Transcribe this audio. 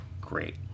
great